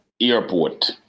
Airport